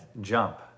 jump